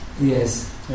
Yes